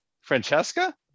Francesca